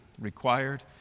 required